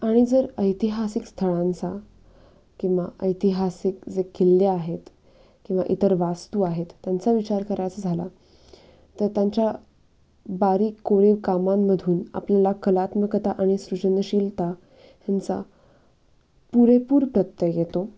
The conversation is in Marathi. आणि जर ऐतिहासिक स्थळांचा किंवा ऐतिहासिक जे किल्ले आहेत किंवा इतर वास्तू आहेत त्यांचा विचार करायचा झाला तर त्यांच्या बारीक कोरीव कामांमधून आपल्याला कलात्मकता आणि सृजनशीलता ह्यांचा पुरेपूर प्रत्यय येतो